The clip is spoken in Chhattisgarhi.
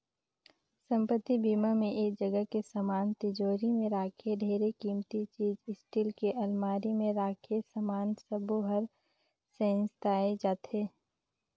संपत्ति बीमा म ऐ जगह के समान तिजोरी मे राखे ढेरे किमती चीच स्टील के अलमारी मे राखे समान सबो हर सेंइताए जाथे